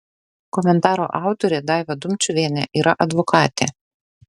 komentaro autorė daiva dumčiuvienė yra advokatė